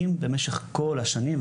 מוטמעים במשך כל השנים,